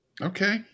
Okay